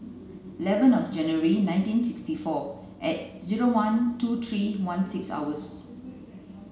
eleven of January nineteen sixty four at zero one two three one six hours